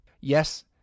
Yes